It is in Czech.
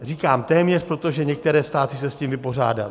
Říkám téměř, protože některé státy se s tím vypořádaly.